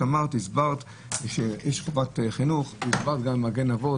את אמרת והסברת שיש חובת חינוך ויש גם את מגן אבות,